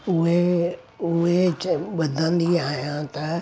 उहे उहे चन बधंदी आहियां त